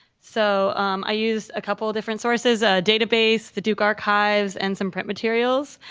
so i used a couple different sources, database, the duke archives and some print materials.